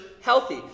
healthy